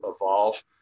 evolve